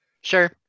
sure